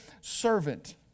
servant